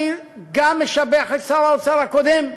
אני גם משבח את שר האוצר הקודם,